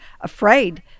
afraid